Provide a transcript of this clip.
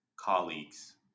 colleagues